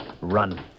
run